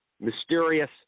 mysterious